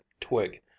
Twig